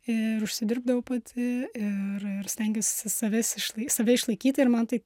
ir užsidirbdavau pati ir ir stengiausi savęs išlai save išlaikyti ir man tai